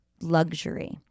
Luxury